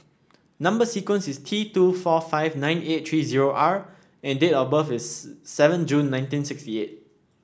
number sequence is T two four five nine eight three zero R and date of birth is seven June nineteen sixty eight